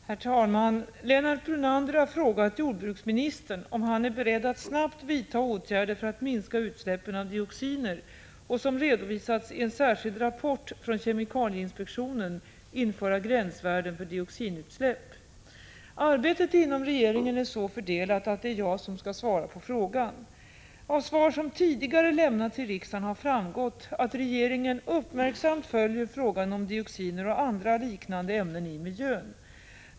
Herr talman! Lennart Brunander har frågat jordbruksministern om han är beredd att snabbt vidta åtgärder för att minska utsläppen av dioxiner och, som redovisats i en särskild rapport från kemikalieinspektionen, införa gränsvärden för dioxinutsläpp. Arbetet inom regeringen är så fördelat att det är jag som skall svara på frågan. Av svar som tidigare lämnats i riksdagen har framgått att regeringen uppmärksamt följer frågan om dioxiner och andra liknande ämnen i miljön.